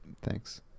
Thanks